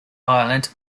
island